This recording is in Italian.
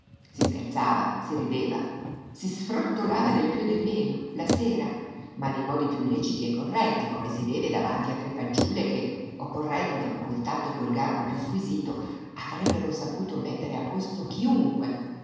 si scherzava si rideva si sfrottolava del piú e del meno la sera ma nei modi piú leciti e corretti come si deve davanti a tre fanciulle che occorrendo col tatto e col garbo piú squisito avrebbero saputo mettere a posto chiunque